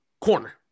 corner